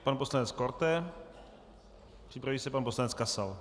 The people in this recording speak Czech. Pan poslanec Korte, připraví se pan poslanec Kasal.